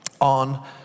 on